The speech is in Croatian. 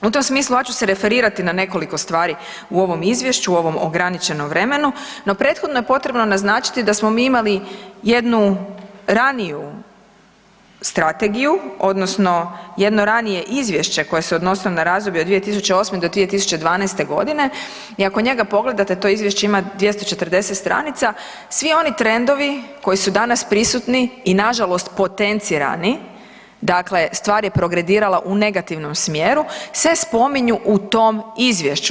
U tom smislu ja ću se referirati na nekoliko stvari u ovom Izvješću, u ovom ograničenom vremenu, no prethodno je potrebno naznačiti da smo imali jednu raniju strategiju, odnosno jedno ranije izvješće koje se odnosilo na razdoblje od 2008.-2012. g. i ako njega pogledate, to Izvješće ima 240 stranica, svi oni trendovi koji su danas prisutni i nažalost, potencirani, dakle stvar je progredirala u negativnom smjeru se spominju u tom Izvješću.